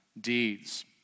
deeds